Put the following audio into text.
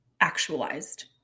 actualized